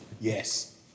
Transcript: Yes